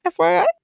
FYI